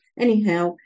Anyhow